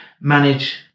manage